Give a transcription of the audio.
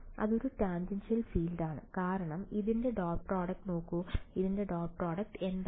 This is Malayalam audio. അതൊരു ടാൻജൻഷ്യൽ ഫീൽഡാണ് കാരണം ഇതിന്റെ ഡോട്ട് പ്രോഡക്ട് നോക്കൂ ഇതിന്റെ ഡോട്ട് പ്രോഡക്ട് എന്താണ്